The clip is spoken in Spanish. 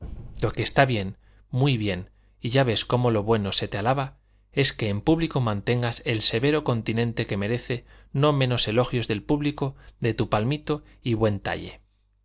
lo que está bien muy bien y ya ves como lo bueno se te alaba es que en público mantengas el severo continente que merece no menos elogios del público que tu palmito y buen talle